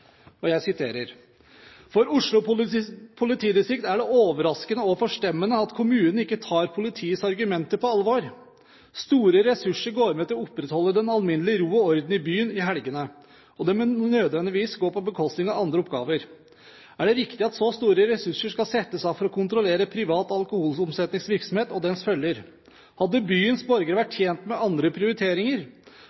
Oslo politidistrikt er det overraskende og også forstemmende at kommunen ikke tar politiets argumenter på alvor. Store ressurser går med til å opprettholde den alminnelige ro og orden i byen i helgene, og det må nødvendigvis gå på bekostning av andre oppgaver. Er det riktig at så store ressurser skal settes av for å kontrollere privat alkoholomsetningsvirksomhet og dens følger? Hadde byens borgere vært